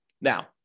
Now